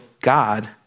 God